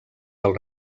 del